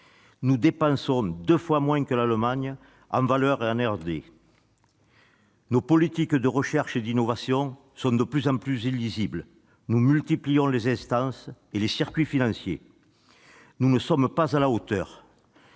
Nous dépensons deux fois moins que l'Allemagne en valeur dans la R&D. Nos politiques de recherche et d'innovation sont de plus en plus illisibles. Nous multiplions les instances et les circuits financiers. Nous ne sommes pas à la hauteur